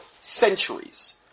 centuries